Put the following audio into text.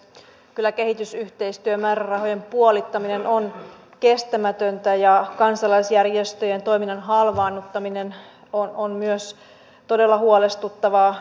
kyllä kehitysyhteistyömäärärahojen puolittaminen on kestämätöntä ja kansalaisjärjestöjen toiminnan halvaannuttaminen on myös todella huolestuttavaa